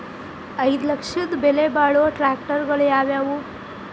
ಐದು ಲಕ್ಷದ ಬೆಲೆ ಬಾಳುವ ಟ್ರ್ಯಾಕ್ಟರಗಳು ಯಾವವು?